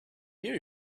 about